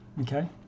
okay